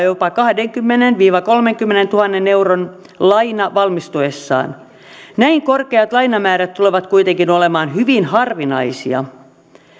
jopa kahdenkymmenentuhannen viiva kolmenkymmenentuhannen euron laina valmistuessaan näin korkeat lainamäärät tulevat kuitenkin olemaan hyvin harvinaisia